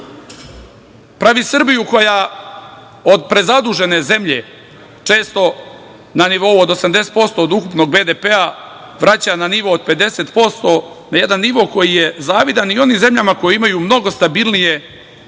Pravi Srbiju koju od prezadužene zemlje često na nivou od 80% od ukupnog BDP vraća na nivo od 50%, na jedan nivo koji je zavidan i onim zemljama koje imaju mnogo stabilnije